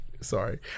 Sorry